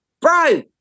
Bro